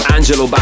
Angelo